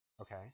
Okay